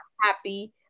happy